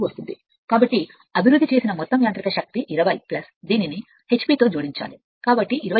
కాబట్టి అభివృద్ధి చేసిన మొత్తం యాంత్రిక శక్తి 20 అవుతుంది h p ని జోడించాలి కాబట్టి 21